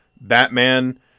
Batman